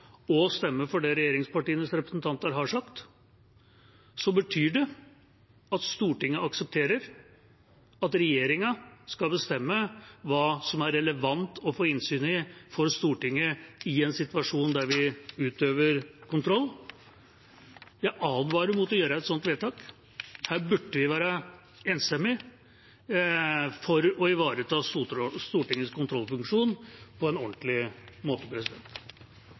for det regjeringspartienes representanter har sagt, betyr det at Stortinget aksepterer at regjeringa skal bestemme hva som er relevant for Stortinget å få innsyn i, i en situasjon der vi utøver kontroll. Jeg advarer mot å gjøre et slikt vedtak. Her burde det være enstemmighet for å ivareta Stortingets kontrollfunksjon på en ordentlig måte.